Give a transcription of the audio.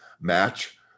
match